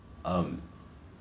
um